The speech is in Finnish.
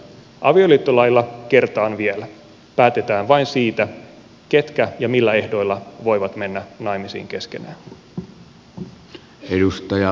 avioliittolailla kertaan vielä päätetään vain siitä ketkä voivat mennä naimisiin keskenään ja millä ehdoilla